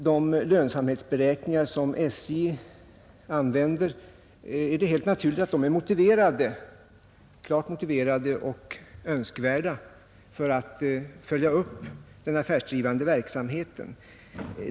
De lönsamhetsberäkningar som SJ använder är naturligtvis klart motiverade och önskvärda med hänsyn till möjligheterna att följa upp den affärsdrivande verksamheten.